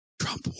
Trump